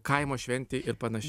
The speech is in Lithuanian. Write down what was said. kaimo šventėj ir panašiai